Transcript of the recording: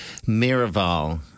Miraval